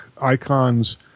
icons